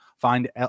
Find